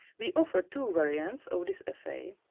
we offer two variants of this assay,